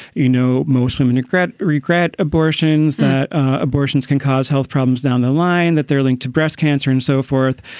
you know, most women regret, regret abortions, that abortions can cause health problems down the line, that they're linked to breast cancer and so forth.